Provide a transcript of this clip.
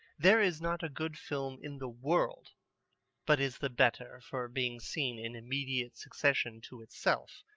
there is not a good film in the world but is the better for being seen in immediate succession to itself.